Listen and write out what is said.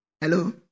Hello